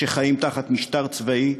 שחיים תחת משטר צבאי,